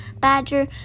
badger